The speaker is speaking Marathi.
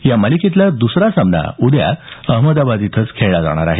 या मालिकेतला दसरा सामना उद्या अहमदाबाद इथंच खेळला जाणार आहे